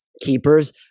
keepers